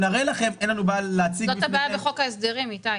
זאת הבעיה בחוק ההסדרים, איתי.